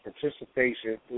participation